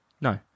No